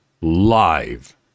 live